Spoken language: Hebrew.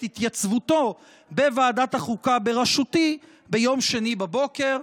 התייצבותו בוועדת החוקה בראשותי ביום שני בבוקר.